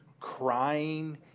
crying